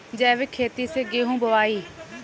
जैविक खेती से गेहूँ बोवाई